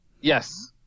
Yes